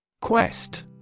Quest